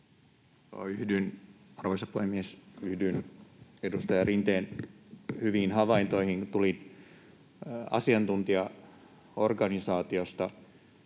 Arvoisa puhemies! Yhdyn edustaja Rinteen hyviin havaintoihin. Tulin asiantuntijaorganisaatiosta